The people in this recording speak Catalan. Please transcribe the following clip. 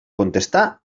contestar